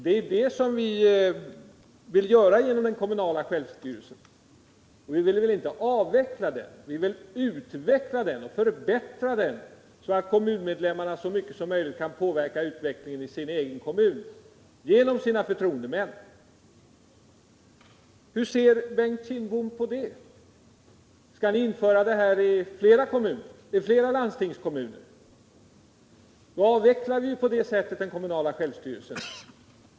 Det är ju detta vi vill göra genom den kommunala självstyrelsen. Vi vill inte avveckla den, vi vill utveckla den och förbättra den, så att kommunmedlemmarna så mycket som möjligt kan påverka utvecklingen i sin egen kommun genom sina förtroendemän. Hur ser Bengt Kindbom på det? Skall ni införa den här utjämningen i flera landstingskommuner? På det sättet avvecklar ni den kommunala självstyrelsen.